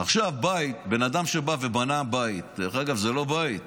עכשיו, בן אדם שבא ובנה בית, דרך אגב, זה לא בית,